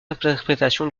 interprétation